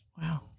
Wow